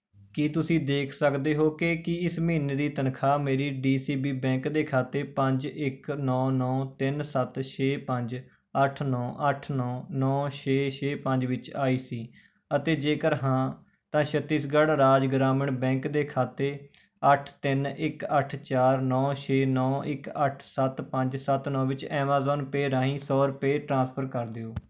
ਕੀ ਤੁਸੀਂ ਦੇਖ ਸਕਦੇ ਹੋ ਕਿ ਕੀ ਇਸ ਮਹੀਨੇ ਦੀ ਤਨਖ਼ਾਹ ਮੇਰੇ ਡੀ ਸੀ ਬੀ ਬੈਂਕ ਦੇ ਖਾਤੇ ਪੰਜ ਇੱਕ ਨੌਂ ਨੌਂ ਤਿੰਨ ਸੱਤ ਛੇ ਪੰਜ ਅੱਠ ਨੌਂ ਅੱਠ ਨੌਂ ਨੌਂ ਛੇ ਛੇ ਪੰਜ ਵਿੱਚ ਆਈ ਸੀ ਅਤੇ ਜੇਕਰ ਹਾਂ ਤਾਂ ਛੱਤੀਸਗੜ੍ਹ ਰਾਜ ਗ੍ਰਾਮੀਣ ਬੈਂਕ ਦੇ ਖਾਤੇ ਅੱਠ ਤਿੰਨ ਇੱਕ ਅੱਠ ਚਾਰ ਨੌਂ ਛੇ ਨੌਂ ਇੱਕ ਅੱਠ ਸੱਤ ਪੰਜ ਸੱਤ ਨੌਂ ਵਿੱਚ ਐਮਾਜ਼ਾਨ ਪੇਅ ਰਾਹੀਂ ਸੌ ਰੁਪਏ ਟ੍ਰਾਂਸਫਰ ਕਰ ਦਿਓ